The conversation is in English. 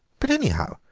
but, anyhow,